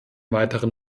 weiteren